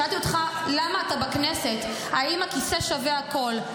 שאלתי אותך למה אתה בכנסת, האם הכיסא שווה הכול?